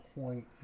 point